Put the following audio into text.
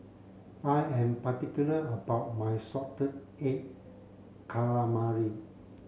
I am particular about my salted egg calamari